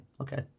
Okay